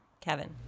Kevin